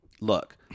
look